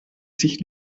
sich